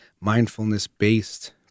mindfulness-based